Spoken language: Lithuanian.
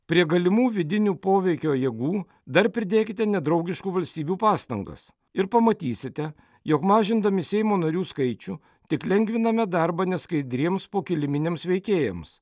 prie galimų vidinių poveikio jėgų dar pridėkite nedraugiškų valstybių pastangas ir pamatysite jog mažindami seimo narių skaičių tik lengviname darbą neskaidriems po kiliminiams veikėjams